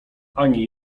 ani